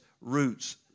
roots